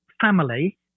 family